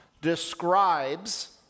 describes